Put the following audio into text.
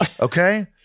okay